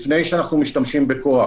לפני שאנחנו משתמשים בכוח